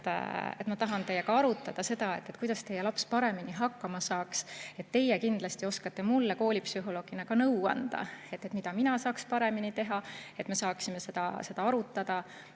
"Ma tahan teiega arutada seda, kuidas teie laps paremini hakkama saaks. Teie kindlasti oskate ka mulle kui koolipsühholoogile nõu anda, mida mina saaksin paremini teha, et me saaksime seda arutada,"